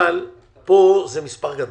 אבל פה זה מספר גדול.